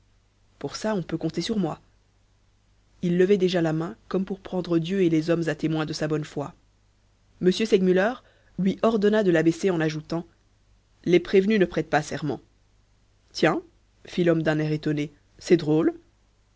pour ça on peut compter sur moi il levait déjà la main comme pour prendre dieu et les hommes à témoin de sa bonne foi m segmuller lui ordonna de l'abaisser en ajoutant les prévenus ne prêtent pas serment tiens fit l'homme d'un air étonné c'est drôle